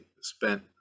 spent